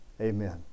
amen